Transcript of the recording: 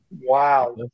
Wow